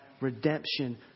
Redemption